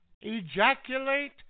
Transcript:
Ejaculate